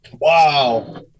Wow